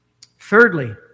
Thirdly